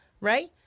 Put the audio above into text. right